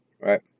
right